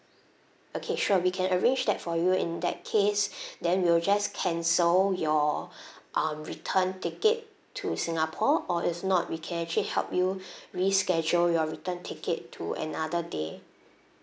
okay sure we can arrange that for you in that case then we will just cancel your um return ticket to singapore or if not we can actually help you reschedule your return ticket to another day